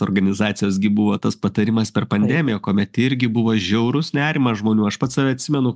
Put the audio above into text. organizacijos gi buvo tas patarimas per pandemiją kuomet irgi buvo žiaurus nerimas žmonių aš pats save atsimenu